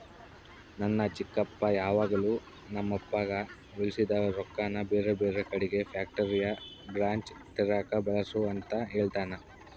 ನನ್ನ ಚಿಕ್ಕಪ್ಪ ಯಾವಾಗಲು ನಮ್ಮಪ್ಪಗ ಉಳಿಸಿದ ರೊಕ್ಕನ ಬೇರೆಬೇರೆ ಕಡಿಗೆ ಫ್ಯಾಕ್ಟರಿಯ ಬ್ರಾಂಚ್ ತೆರೆಕ ಬಳಸು ಅಂತ ಹೇಳ್ತಾನಾ